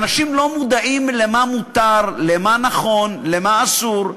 אנשים לא יודעים מה מותר, מה נכון, מה אסור.